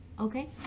Okay